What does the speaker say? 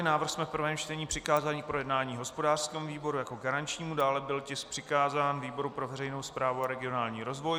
Návrh jsme v prvém čtení přikázali k projednání hospodářskému výboru jako garančnímu, dále byl tisk přikázán výboru pro veřejnou správu a regionální rozvoj.